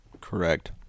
Correct